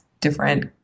different